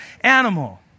animal